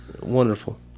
wonderful